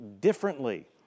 differently